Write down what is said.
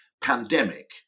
pandemic